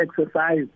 exercise